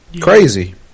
Crazy